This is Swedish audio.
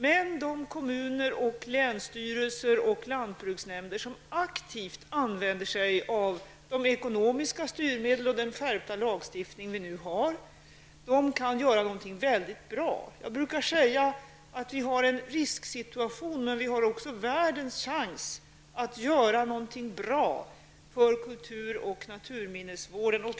Men de kommuner, länsstyrelser och lantbruksnämnder som aktivt använder de ekonomiska styrmedel och den skärpta lagstiftning som vi nu har kan göra något mycket bra. Jag brukar säga att vi har en risksituation, men också världens chans att göra någonting bra för kultur och naturminnesvården.